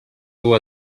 dur